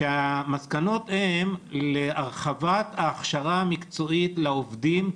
שהמסקנות הן להרחבת ההכשרה המקצועית לעובדים,